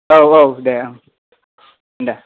औ औ दे दे